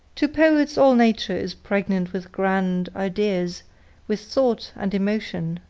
to poets all nature is pregnant with grand ideas with thought and emotion.